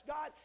God